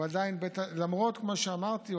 למרות מה שאמרתי,